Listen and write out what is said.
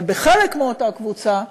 אבל בחלק מאותה קבוצה,